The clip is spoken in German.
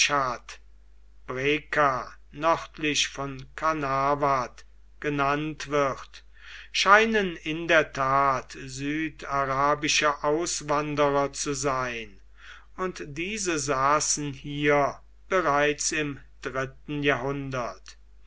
nördlich von kanawat genannt wird scheinen in der tat südarabische auswanderer zu sein und diese saßen hier bereits im dritten jahrhundert